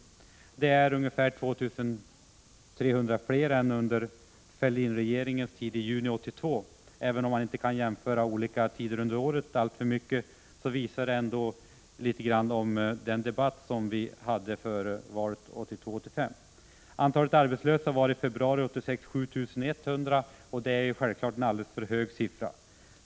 Det är ungefär 2 300 fler än under Fälldinregeringens tid i juni 1982. Även om man inte kan jämföra olika tider under året alltför mycket visar detta ändå en del om de debatter som vi hade före valen 1982 och 1985. Antalet arbetslösa var 7 100 i februari 1986. Det är naturligtvis en alldeles för hög siffra.